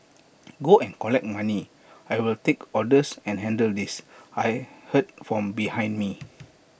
go and collect money I'll take orders and handle this I heard from behind me